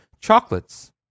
chocolates